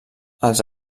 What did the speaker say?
els